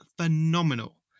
phenomenal